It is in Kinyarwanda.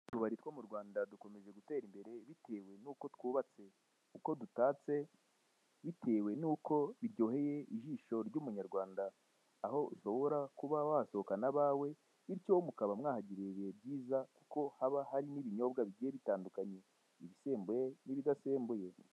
Utu bari two mu Rwanda dukomeje gutera imbere bitewe n'uko twubatse, uko dutatse bitewe n'uko biryoheye ijisho ry'umunyarwanda. Aho ushobora kuba wasohokana abawe bityo mukaba mwahagirira ibihe byiza haba hari ibinyobwa bigiye bitandukanye ibisembuye nib'idasembuye.